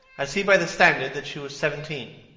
i see by the standard that she was seventeen.